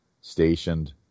stationed